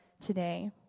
today